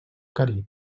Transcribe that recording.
carib